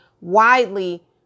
widely